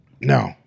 No